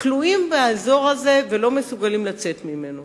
כלואים באזור הזה ולא מסוגלים לצאת ממנו